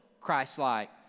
Christ-like